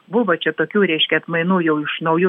buvo čia tokių reiškia atmainų jau iš naujų